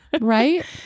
right